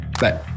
Bye